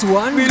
one